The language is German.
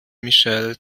michel